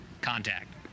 contact